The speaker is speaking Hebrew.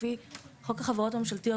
לפי חוק החברות ממשלתיות,